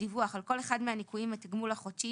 דיווח על כל אחד מהניכויים מהתגמול החודשי